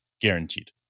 guaranteed